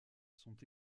sont